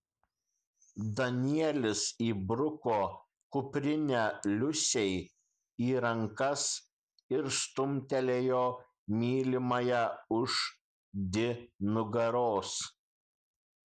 danielis įbruko kuprinę liusei į rankas ir stumtelėjo mylimąją už di nugaros